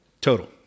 Total